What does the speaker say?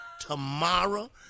tomorrow